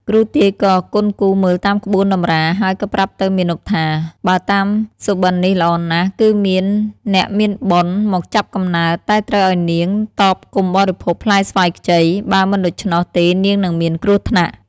គ្រូទាយក៏គន់គូរមើលតាមក្បួនតម្រាហើយក៏ប្រាប់ទៅមាណពថា បើតាមសប្ដិនេះល្អណាស់ គឺមានអ្នកមានបុណ្យមកចាប់កំណើត តែត្រូវឲ្យនាងតមកុំបរិភោគផ្លែស្វាយខ្ចី បើមិនដូច្នោះទេនាងនឹងមានគ្រោះថ្នាក់។